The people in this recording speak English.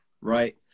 right